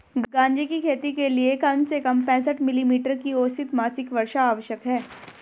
गांजे की खेती के लिए कम से कम पैंसठ मिली मीटर की औसत मासिक वर्षा आवश्यक है